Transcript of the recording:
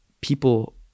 people